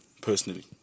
personally